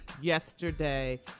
yesterday